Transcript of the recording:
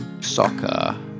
Soccer